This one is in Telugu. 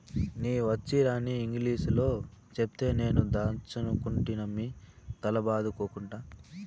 నీ వచ్చీరాని ఇంగిలీసులో చెప్తే నేను దాచ్చనుకుంటినమ్మి తల బాదుకోకట్టా